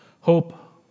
Hope